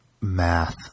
math